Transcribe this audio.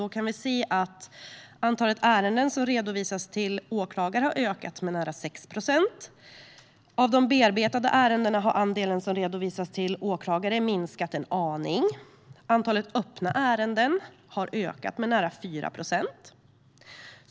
Vi kan se att antalet ärenden som redovisats till åklagare har ökat med nära 6 procent. Av de bearbetade ärendena har andelen som redovisas till åklagare minskat en aning. Antalet öppna ärenden har ökat med nära 4 procent.